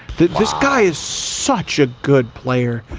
this guy is such a good player.